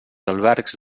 albergs